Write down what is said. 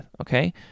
okay